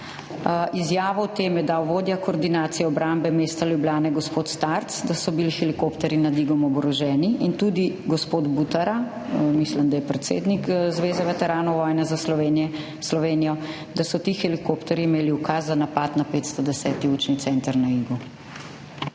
Izjavo o tem je dal vodja koordinacije obrambe mesta Ljubljana gospod Starc, da so bili helikopterji nad Igom oboroženi, in tudi gospod Butara, mislim, da je predsednik Zveze veteranov vojne za Slovenijo, da so ti helikopterji imeli ukaz za napad na 510. učni center na Igu.